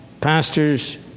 pastors